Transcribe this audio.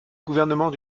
gouvernement